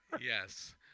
Yes